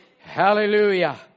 Hallelujah